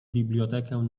bibliotekę